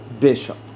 Bishop